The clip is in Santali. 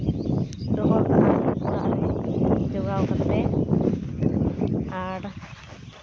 ᱨᱚᱦᱚᱲ ᱠᱟᱛᱮᱫ ᱚᱲᱟᱜ ᱨᱮ ᱡᱳᱜᱟᱣ ᱠᱟᱛᱮᱫ ᱟᱨ